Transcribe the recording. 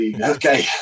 okay